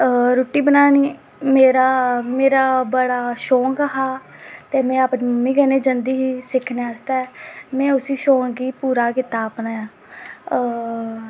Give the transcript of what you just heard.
ते रुट्टी बनानी मेरा मेरा बड़ा शौक हा ते में अपनी मम्मी कन्नै जंदी ही सिक्खनै आस्तै ते में उसी शौक गी पूरा कीता अपना होर